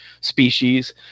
species